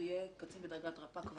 זה יהיה קצין בדרגת רב-פקד ומעלה.